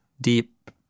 deep